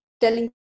telling